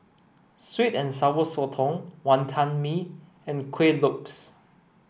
sweet and sour sotong Wantan Mee and Kueh Lopes